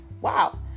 wow